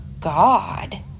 god